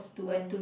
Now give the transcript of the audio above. when